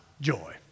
joy